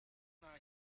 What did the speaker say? hna